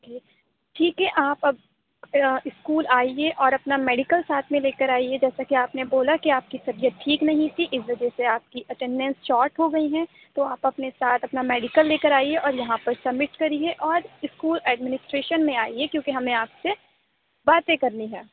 ٹھیک ہے آپ اب اسکول آئیے اور اپنا میڈیکل ساتھ میں لے کر آئیے جیسا کہ آپ نے بولا کہ آپ کی طبیعت ٹھیک نہیں تھی اس وجہ سے آپ کی اٹینڈنس شاٹ ہو گئی ہیں تو آپ اپنے ساتھ اپنا میڈیکل لے کر آئیے اور یہاں پر سبمٹ کریے اور اسکول ایڈمنسٹریشن میں آئیے کیونکہ ہمیں آپ سے باتیں کرنی ہے